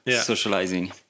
socializing